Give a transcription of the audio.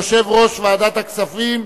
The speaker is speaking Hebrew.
יושב-ראש ועדת הכספים.